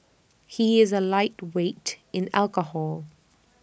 he is A lightweight in alcohol